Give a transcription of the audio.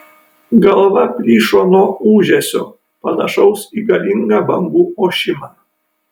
galva plyšo nuo ūžesio panašaus į galingą bangų ošimą